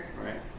right